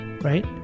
right